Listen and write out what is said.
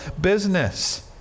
business